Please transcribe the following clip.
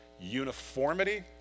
uniformity